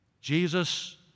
Jesus